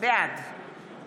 בעד